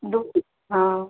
दू हाँ